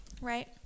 right